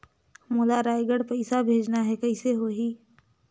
मोला रायगढ़ पइसा भेजना हैं, कइसे होही?